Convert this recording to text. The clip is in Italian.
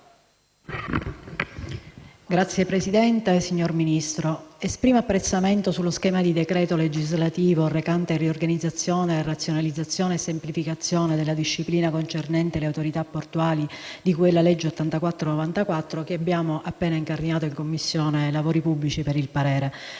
ORRU' *(PD)*. Signor Ministro, esprimo apprezzamento sullo schema di decreto legislativo recante «riorganizzazione, razionalizzazione e semplificazione della disciplina concernente le autorità portuali di cui alla legge n. 84 del 1994», che abbiamo appena incardinato in Commissione lavori pubblici per il parere.